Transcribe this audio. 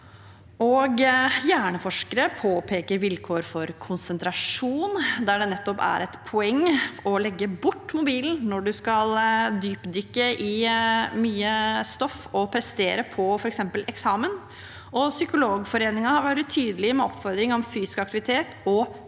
Hjerneforskere påpeker vilkår for konsentrasjon, der det nettopp er et poeng å legge bort mobilen når du skal dypdykke i mye stoff og prestere på f.eks. eksamen. Psykologforeningen har vært tydelig med oppfordring om fysisk aktivitet og mestring